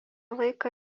laiką